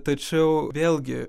tačiau vėlgi